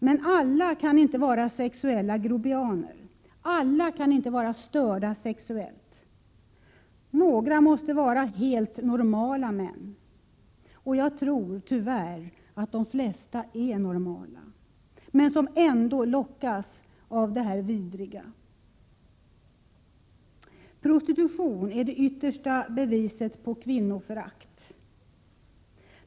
Men alla kan inte vara sexuella grobianer. Alla kan inte vara störda sexuellt. Några måste vara helt normala män. Jag tror tyvärr att de flesta som ändå lockas av detta vidriga är normala. Prostitution är det yttersta beviset på kvinnoförakt.